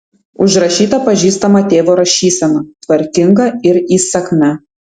užrašyta pažįstama tėvo rašysena tvarkinga ir įsakmia